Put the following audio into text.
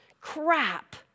crap